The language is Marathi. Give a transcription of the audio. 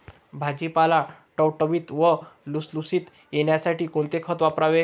भाजीपाला टवटवीत व लुसलुशीत येण्यासाठी कोणते खत वापरावे?